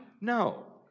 No